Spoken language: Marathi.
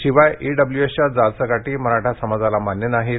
शिवाय ईडब्लूएसच्या जाचक अटी मराठा समाजाला मान्य नाहीत